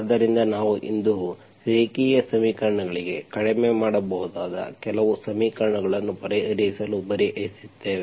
ಆದ್ದರಿಂದ ನಾವು ಇಂದು ರೇಖೀಯ ಸಮೀಕರಣಗಳಿಗೆ ಕಡಿಮೆ ಮಾಡಬಹುದಾದ ಕೆಲವು ಸಮೀಕರಣಗಳನ್ನು ಪರಿಹರಿಸಲು ಪ್ರಯತ್ನಿಸುತ್ತೇವೆ